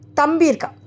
tambirka